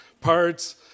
Parts